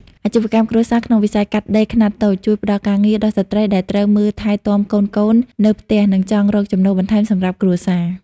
អាជីវកម្មគ្រួសារក្នុងវិស័យកាត់ដេរខ្នាតតូច ជួយផ្ដល់ការងារដល់ស្ត្រីដែលត្រូវមើលថែទាំកូនៗនៅផ្ទះ និងចង់រកចំណូលបន្ថែមសម្រាប់គ្រួសារ។